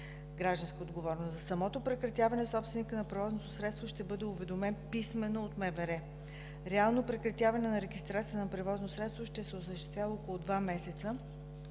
„Гражданска отговорност”. За самото прекратяване собственикът на превозното средство ще бъде уведомен писмено от МВР. Реално прекратяване на регистрация на превозно средство ще се осъществява около два месеца